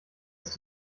ist